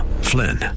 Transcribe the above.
Flynn